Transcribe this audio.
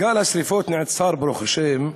גל השרפות נעצר, ברוך השם,